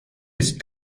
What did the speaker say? ist